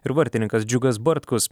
ir vartininkas džiugas bartkus